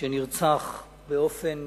שנרצח באופן